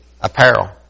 apparel